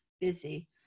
busy